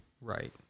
Right